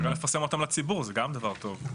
אולי נפרסם אותם לציבור, זה גם דבר טוב.